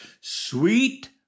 Sweet